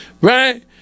Right